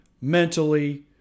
mentally